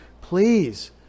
please